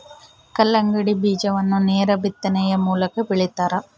ಕಲ್ಲಂಗಡಿ ಬೀಜವನ್ನು ನೇರ ಬಿತ್ತನೆಯ ಮೂಲಕ ಬೆಳಿತಾರ